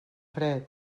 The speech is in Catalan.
fred